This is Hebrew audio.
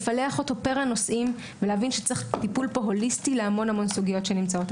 לפלח אותו פר הנושאים ולהבין שצריך טיפול הוליסטי להמון סוגיות שנמצאות.